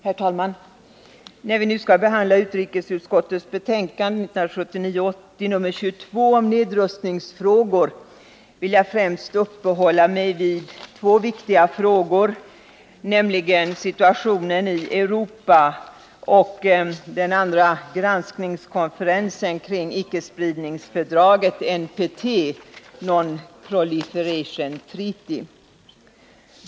Herr talman! När vi nu skall behandla utrikesutskottets betänkande 1979/80:22 om nedrustning m.m. vill jag främst uppehålla mig vid två viktiga frågor, nämligen situationen i Europa och den andra granskningskonferensen kring icke-spridningsfördraget NPT, Non-Proliferation Treaty.